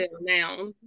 now